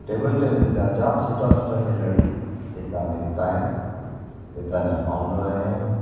table tennis जा जाम सुठा सुठा खिलाड़ी इता निकिता आहिनि हितां जा फाउंडर रहिया आहिनि